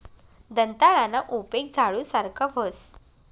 दंताळाना उपेग झाडू सारखा व्हस